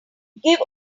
given